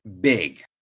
big